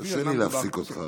קשה לי להפסיק אותך,